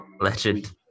Legend